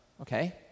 Okay